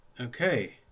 Okay